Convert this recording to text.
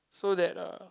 so that uh